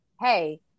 Hey